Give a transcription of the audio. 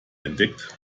entdeckt